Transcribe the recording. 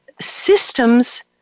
systems